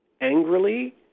angrily